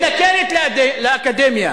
מתנכלת לאקדמיה.